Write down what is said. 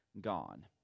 gone